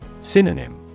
Synonym